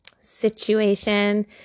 situation